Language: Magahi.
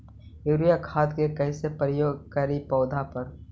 यूरिया खाद के कैसे प्रयोग करि पौधा पर?